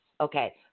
Okay